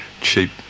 cheap